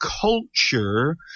culture